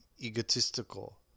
egotistical